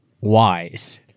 wise